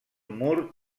mur